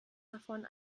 davon